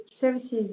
services